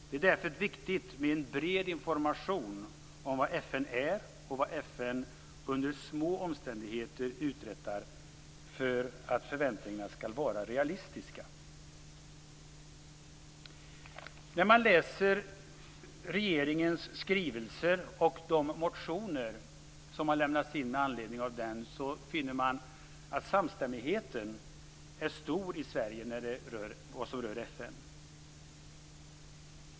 Därför är det viktigt med en bred information om vad FN är och vad FN uträttar under små omständigheter, för att förväntningarna skall vara realistiska. När man läser regeringens skrivelse och de motioner som har lämnats in med anledning av den, finner man att samstämmigheten är stor i Sverige när det gäller FN.